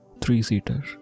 three-seater